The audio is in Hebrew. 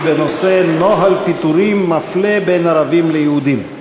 והשאילתה היא בנושא: נוהל פיטורים מפלה בין ערבים ליהודים.